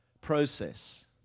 process